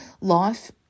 life